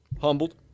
Humbled